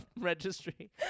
registry